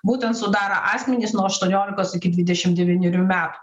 būtent sudaro asmenys nuo aštuoniolikos iki dvidešim devynerių metų